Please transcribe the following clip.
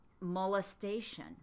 molestation